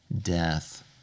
death